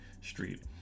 street